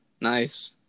Nice